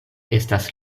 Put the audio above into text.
estas